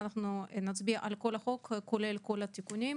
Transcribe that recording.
אנחנו נצביע על כל החוק, כולל כל התיקונים.